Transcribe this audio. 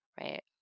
right